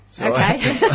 Okay